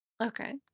Okay